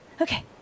Okay